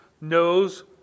knows